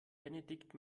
benedikt